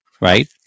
right